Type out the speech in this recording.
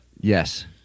Yes